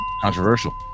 controversial